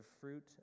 fruit